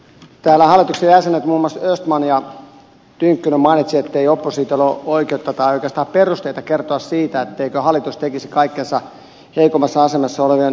täällä hallituspuolueiden jäsenet muun muassa östman ja tynkkynen mainitsivat ettei oppositiolla ole oikeutta tai oikeastaan perusteita kertoa siitä etteikö hallitus tekisi kaikkensa heikommassa asemassa olevien hyväksi